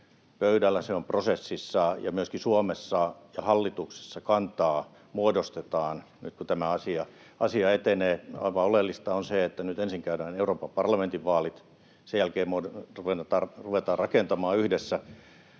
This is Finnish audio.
pöydällä, se on prosessissa, ja myöskin Suomessa ja hallituksessa kantaa muodostetaan. Nyt kun tämä asia etenee, aivan oleellista on se, että nyt ensin käydään Euroopan parlamentin vaalit, sen jälkeen ruvetaan rakentamaan yhdessä